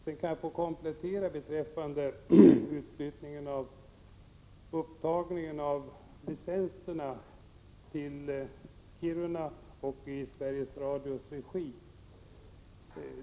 Sedan vill jag kommentera utflyttningen till Kiruna — i Sveriges Radios regi — av upptagningen av licenserna.